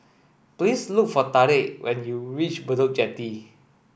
please look for Tarik when you reach Bedok Jetty